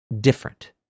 different